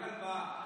רק הלוואה.